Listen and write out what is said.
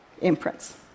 imprints